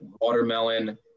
watermelon